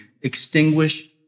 extinguish